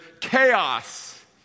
chaos